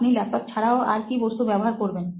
আপনি ল্যাপটপ ছাড়াও আর কি বস্তু ব্যবহার করবেন